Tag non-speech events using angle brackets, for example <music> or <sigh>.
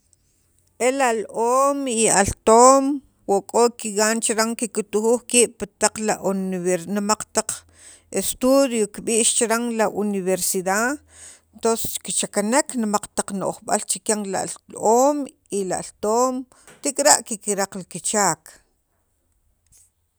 e lal om y al toom wo k'o kigan chikyan kiktujuj kiib' la oniver nemaq taq estudio kib'ix chiran la universidad tons kichakanek nemaq taq no'jb'al chikyan li al oomy lal toom tik'ira' kikraq kichaak <noise>